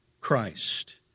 Christ